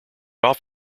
off